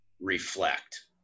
reflect